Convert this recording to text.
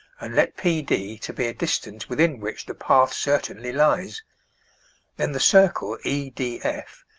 and let p d to be a distance within which the path certainly lies then the circle, e d f,